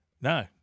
No